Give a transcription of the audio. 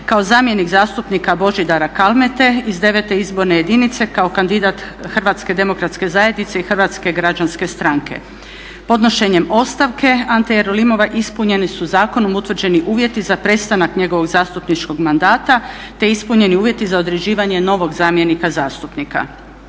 kao zamjenik zastupnika Božidara Kalmete iz IX. izborne jedinice kao kandidat HDZ-a i HGS-a. Podnošenjem ostavke Ante Jerolimova ispunjeni su zakonom utvrđeni uvjeti za prestanak njegovog zastupničkog mandata, te ispunjeni uvjeti za određivanje novog zamjenika zastupnika.